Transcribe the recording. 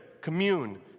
commune